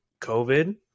COVID